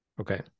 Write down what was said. Okay